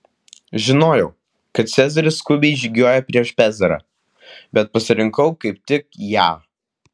žinojau kad cezaris skubiai žygiuoja prieš pezarą bet pasirinkau kaip tik ją